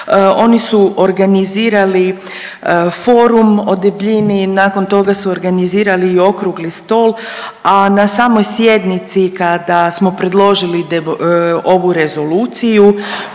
Oni su organizirali forum o debljini, nakon toga su organizirali i okrugli stol, a na samoj sjednici kada smo predložili ovu rezoluciju